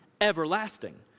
everlasting